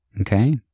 Okay